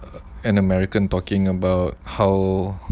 an american talking about how